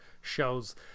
shows